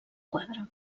quadre